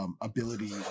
Ability